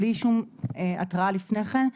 בלי שום התראה לפני כן,